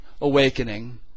awakening